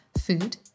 food